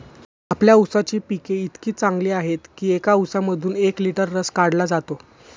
आपल्या ऊसाची पिके इतकी चांगली आहेत की एका ऊसामधून एक लिटर रस काढला जातो